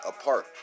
apart